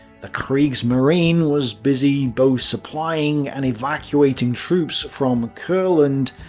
the kriegsmarine was busy both supplying and evacuating troops from courland,